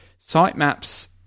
sitemaps